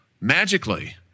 magically